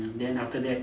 then after that